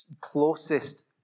closest